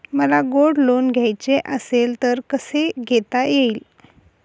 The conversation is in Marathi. मला गोल्ड लोन घ्यायचे असेल तर कसे घेता येईल?